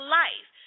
life